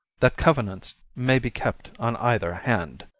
that covenants may be kept on either hand.